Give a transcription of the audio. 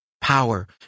power